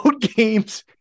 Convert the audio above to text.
games